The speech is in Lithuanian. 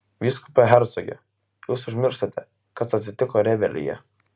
vyskupe hercoge jūs užmirštate kas atsitiko revelyje